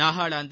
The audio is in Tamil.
நாகாலாந்து